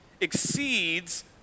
exceeds